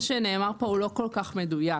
מה שנאמר כאן הוא לא כל כך מדויק.